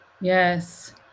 Yes